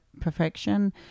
perfection